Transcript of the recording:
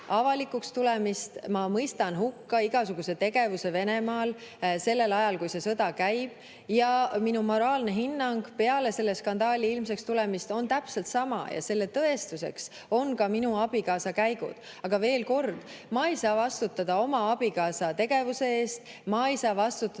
avalikuks tulemist: ma mõistan hukka igasuguse tegevuse Venemaal sellel ajal, kui see sõda käib. Ja minu moraalne hinnang peale selle skandaali ilmsiks tulemist on täpselt sama ja selle tõestuseks on ka minu abikaasa käigud. Veel kord, ma ei saa vastutada oma abikaasa tegevuse eest, ma ei saa vastutada